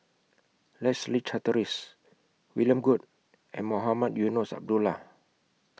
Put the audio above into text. Leslie Charteris William Goode and Mohamed Eunos Abdullah